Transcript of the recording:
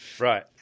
Right